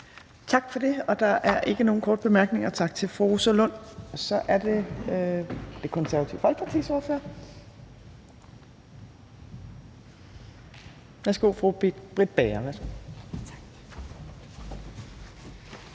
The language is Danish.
Tak for det. Der er ikke nogen korte bemærkninger, så tak til fru Rosa Lund. Så er det Det Konservative Folkepartis ordfører. Værsgo til fru Britt Bager.